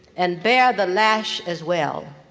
and bear the lash as well.